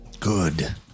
good